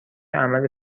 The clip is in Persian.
عمل